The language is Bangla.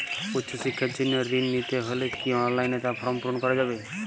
উচ্চশিক্ষার জন্য ঋণ নিতে হলে কি অনলাইনে তার ফর্ম পূরণ করা যাবে?